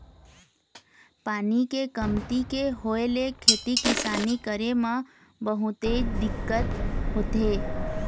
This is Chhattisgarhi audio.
पानी के कमती के होय ले खेती किसानी करे म बहुतेच दिक्कत होथे